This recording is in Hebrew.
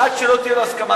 עד שלא תהיה לו הסכמה.